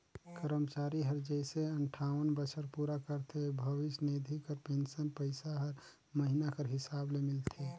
करमचारी हर जइसे अंठावन बछर पूरा करथे भविस निधि कर पेंसन पइसा हर महिना कर हिसाब ले मिलथे